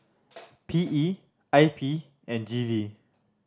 P E I P and G V